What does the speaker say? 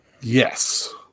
Yes